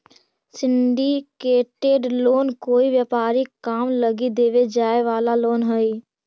syndicated loan कोई व्यापारिक काम लगी देवे जाए वाला लोन हई